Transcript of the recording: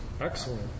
excellent